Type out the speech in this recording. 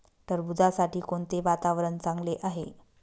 टरबूजासाठी कोणते वातावरण चांगले आहे?